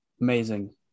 Amazing